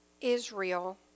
Israel